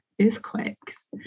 earthquakes